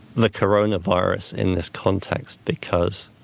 the coronavirus in this context, because